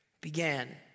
began